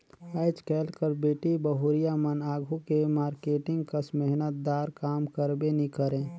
आएज काएल कर बेटी बहुरिया मन आघु के मारकेटिंग कस मेहनत दार काम करबे नी करे